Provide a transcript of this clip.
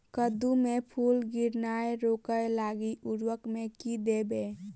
कद्दू मे फूल गिरनाय रोकय लागि उर्वरक मे की देबै?